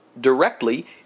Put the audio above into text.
directly